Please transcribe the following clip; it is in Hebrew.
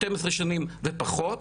שתיים עשרה שנים ופחות,